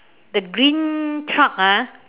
the green truck ah